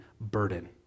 burden